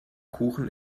kuchen